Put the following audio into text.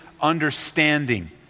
understanding